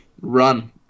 run